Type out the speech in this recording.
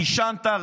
עישנת,